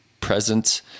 presence